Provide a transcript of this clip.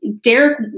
Derek